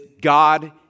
God